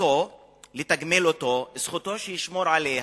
וזכותו שיתגמלו אותו, זכותו לשמור עליה.